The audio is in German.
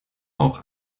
auch